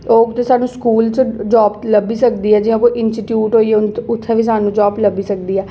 ओह् स्हानूं स्कूल च जाब लब्भी सकदी ऐ जि'यां कोई इंस्टिटूट होई आ उत्थै बी स्हानूं जाब लब्भी सकदी ऐ